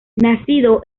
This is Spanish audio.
nacido